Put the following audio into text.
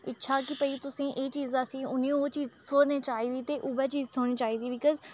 इच्छा की भई तुसें ई एह् चीज़ असें ई उ'नें ओह् चीज़ थ्होने चाहिदी ते उ'ऐ चीज़ थ्होने चाहिदी बिकॉज़